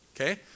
Okay